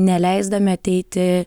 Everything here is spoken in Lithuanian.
neleisdami ateiti